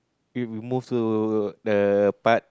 we we move to the part